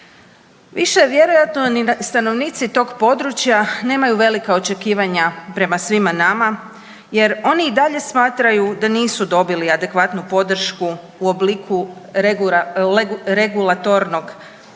Više vjerovatno ni stanovnici tog područja nemaju velika očekivanja prema svima nama, jer oni i dalje smatraju da nisu dobili adekvatnu podršku u obliku regulatornog zakona,